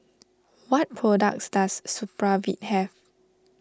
what products does Supravit have